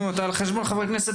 נו אתה על חשבון חברי כנסת